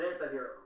anti-hero